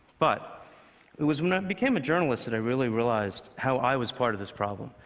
but it was when i became a journalist that i really realized how i was part of this problem,